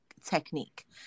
technique